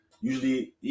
usually